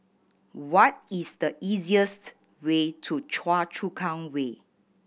what is the easiest way to Choa Chu Kang Way